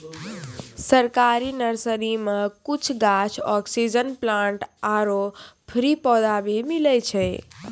सरकारी नर्सरी मॅ कुछ गाछ, ऑक्सीजन प्लांट आरो फ्री पौधा भी मिलै छै